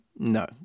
No